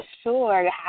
Sure